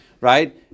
right